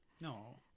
No